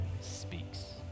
speaks